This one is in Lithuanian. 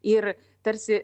ir tarsi